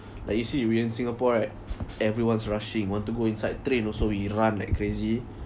like you see you we're in singapore right everyone's rushing want to go inside train also we run like crazy